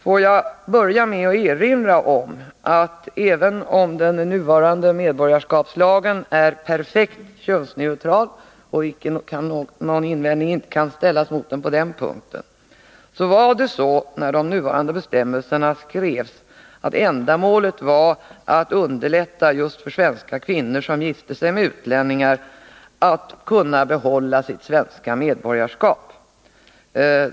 Får jag börja med att erinra om, att även om den nuvarande medborgarskapslagen är perfekt könsneutral och någon invändning inte kan riktas mot den på den punkten, var det så när de nuvarande bestämmelserna skrevs att ändamålet var att underlätta just för svenska kvinnor som gifte sig med utlänningar att behålla sitt svenska medborgarskap.